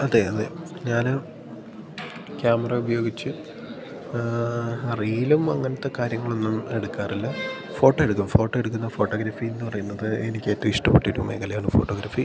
അതെ അതെ ഞാൻ ക്യാമറ ഉപയോഗിച്ച് റീലും അങ്ങനത്തെ കാര്യങ്ങളൊന്നും എടുക്കാറില്ല ഫോട്ടോ എടുക്കും ഫോട്ടോ എടുക്കുന്ന ഫോട്ടോഗ്രഫിയെന്നു പറയുന്നത് എനിക്കേറ്റവും ഇഷ്ടപ്പെട്ടൊരു മേഖലയാണ് ഫോട്ടോഗ്രഫി